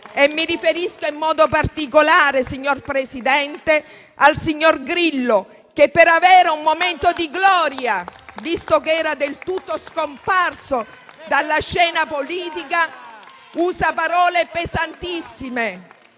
Mi riferisco in modo particolare, signor Presidente, al signor Grillo che, per avere un momento di gloria, visto che era del tutto scomparso dalla scena politica, ha usato parole pesantissime,